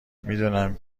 میدونم